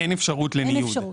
אין אפשרות לניוד.